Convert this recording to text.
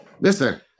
listen